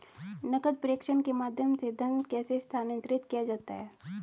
नकद प्रेषण के माध्यम से धन कैसे स्थानांतरित किया जाता है?